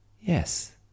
yes